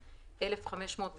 1,500,